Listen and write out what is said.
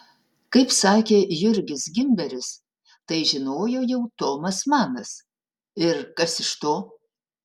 kaip sakė jurgis gimberis tai žinojo jau tomas manas ir kas iš to